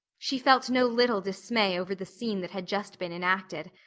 she felt no little dismay over the scene that had just been enacted.